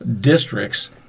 districts